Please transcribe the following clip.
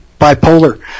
bipolar